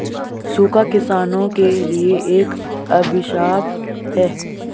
सूखा किसानों के लिए एक अभिशाप है